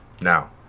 Now